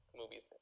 movies